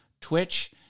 Twitch